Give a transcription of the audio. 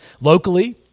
Locally